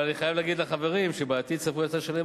אבל אני חייב לומר לחברים שבעתיד צפוי האוצר לשלם